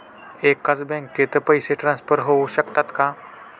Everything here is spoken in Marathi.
एकाच बँकेत पैसे ट्रान्सफर होऊ शकतात का?